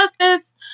justice